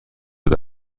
شده